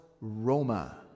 Roma